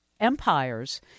empires